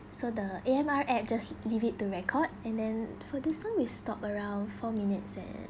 so the A_M_R app just leave it to record and then for this [one] we stop around four minutes and